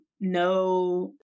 no